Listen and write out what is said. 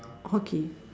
hockey